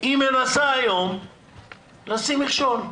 היא מנסה היום לשים מכשול.